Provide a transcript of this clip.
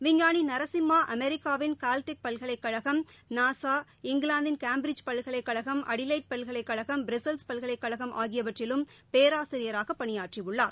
விஞ்ஞானி நரசிம்மா அமெரிக்காவின் கால்டெக் பல்கலைக்கழகம் நாசா இங்கிலாந்தின் கேம்ப்பிரிட்ஜ் பல்கலைக்கழகம் அடிலைட் பல்கலைக்கழகம் ப்ரசெல்ஸ் பல்கலைக்கழகம் ஆகியவற்றிலும் பேராசிரியராக பணியாற்றியுள்ளார்